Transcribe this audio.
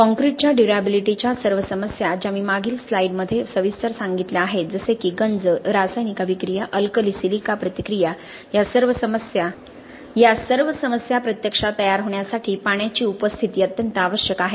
काँक्रीटच्या ड्युर्याबिलिटीच्या सर्व समस्या ज्या मी मागील स्लाइडमध्ये सविस्तर सांगितल्या आहेत जसे की गंज रासायनिक अभिक्रिया अल्कली सिलिका प्रतिक्रिया या सर्व समस्या प्रत्यक्षात तयार होण्यासाठी पाण्याची उपस्थिती अत्यंत आवश्यक आहे